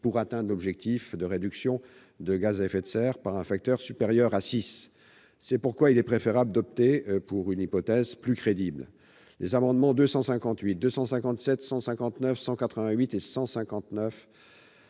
pour atteindre l'objectif de division des émissions de gaz à effet de serre par un « facteur supérieur à 6 ». C'est pourquoi il est préférable d'opter pour une hypothèse plus crédible. Les amendements n 256, 257 rectifié, 159, 188 et 159